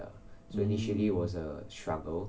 hmm